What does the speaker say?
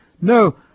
No